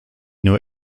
nur